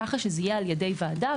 כך שזה יהיה על ידי ועדה,